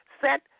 set